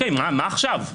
מה עכשיו?